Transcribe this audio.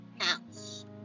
house